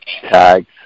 tags